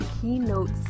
keynote